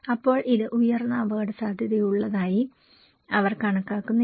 അപ്പോൾ ഇത് ഉയർന്ന അപകടസാധ്യതയുള്ളതായി അവർ കണക്കാക്കുന്നില്ല